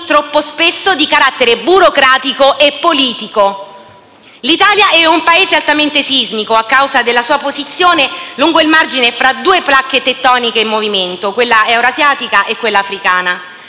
troppo spesso di carattere burocratico e politico. L'Italia è un Paese altamente sismico a causa della sua posizione lungo il margine fra due placche tettoniche in movimento, quella eurasiatica e quella africana.